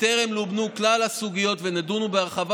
בטרם לובנו כלל הסוגיות ונדונו בהרחבה